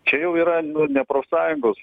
čia jau yra ne profsąjungos